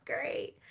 great